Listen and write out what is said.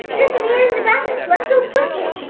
there's a mirror in the bathroom, let's go quickly!